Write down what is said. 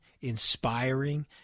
inspiring